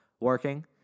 working